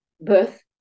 Birth